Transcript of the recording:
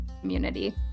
community